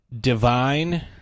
Divine